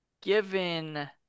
given